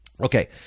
Okay